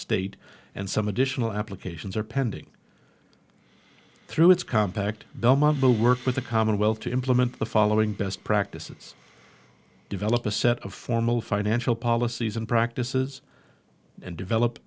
state and some additional applications are pending through its compact belmont but work with the commonwealth to implement the following best practices develop a set of formal financial policies and practices and develop